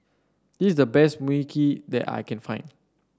this is the best Mui Kee that I can find